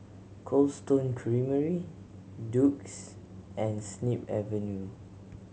Cold Stone Creamery Doux and Snip Avenue